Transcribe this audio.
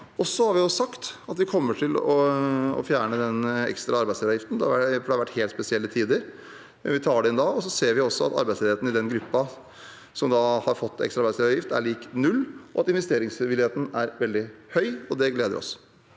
Vi har sagt at vi kommer til å fjerne den ekstraordinære arbeidsgiveravgiften. Det har vært helt spesielle tider, og vi tar det inn da. Vi ser også at arbeidsledigheten i den gruppen der man har fått ekstra arbeidsgiveravgift, er lik null, og at investeringsvilligheten er veldig høy, og det gleder oss.